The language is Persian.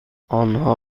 آنها